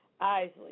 Isley